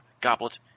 Goblet